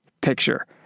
picture